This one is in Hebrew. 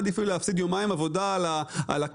עדיף לי להפסיד יומיים עבודה על הקנס?